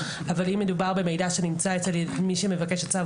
אבל אם מדובר במידע שנמצא אצל מי שמבקש הצו,